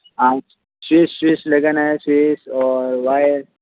आज face face लगाना है फेस और वायर